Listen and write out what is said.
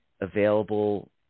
available